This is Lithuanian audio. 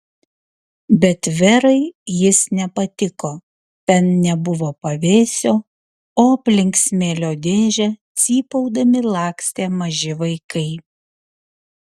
bet verai jis nepatiko ten nebuvo pavėsio o aplink smėlio dėžę cypaudami lakstė maži vaikai